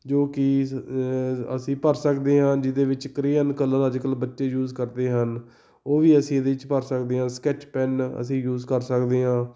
ਜੋ ਕਿ ਅਸੀਂ ਭਰ ਸਕਦੇ ਹਾਂ ਜਿਹਦੇ ਵਿੱਚ ਕ੍ਰੇਅਨ ਕਲਰ ਅੱਜ ਕੱਲ੍ਹ ਬੱਚੇ ਯੂਜ ਕਰਦੇ ਹਨ ਉਹ ਵੀ ਅਸੀਂ ਇਹਦੇ 'ਚ ਭਰ ਸਕਦੇ ਹਾਂ ਸਕੈਚ ਪੈਨ ਅਸੀਂ ਯੂਜ ਕਰ ਸਕਦੇ ਹਾਂ